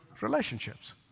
relationships